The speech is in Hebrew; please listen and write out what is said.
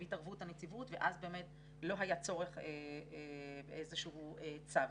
התערבות הנציבות ואז באמת לא היה צורך באיזשהו צו.